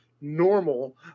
normal